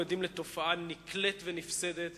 אנחנו עדים לתופעה נקלית ונפסדת,